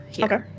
Okay